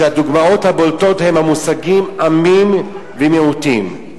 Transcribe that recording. והדוגמאות הבולטות הן המושגים "עמים" ו"מיעוטים".